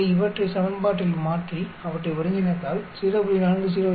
எனவே இவற்றை சமன்பாட்டில் மாற்றி அவற்றை ஒருங்கிணைத்தால் 0